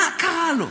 מה קרה לו?